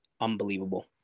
unbelievable